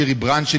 לשירי ברנד,